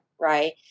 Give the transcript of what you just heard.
right